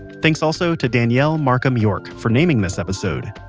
thanks also to danielle marcum york for naming this episode.